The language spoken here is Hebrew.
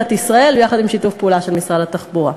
ישראל יחד עם שיתוף פעולה של משרד התחבורה.